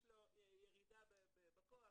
יש לו ירידה בכוח,